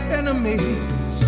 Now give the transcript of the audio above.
enemies